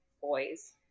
boys